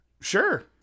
Sure